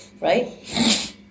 right